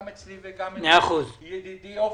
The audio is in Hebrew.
גם אצלי וגם אצל ידידי עופר,